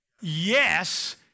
Yes